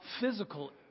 physical